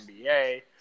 NBA